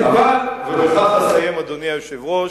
אבל, ובכך אסיים, אדוני היושב-ראש,